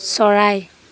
চৰাই